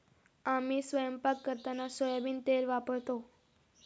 आम्ही स्वयंपाक करताना सोयाबीन तेल वापरतो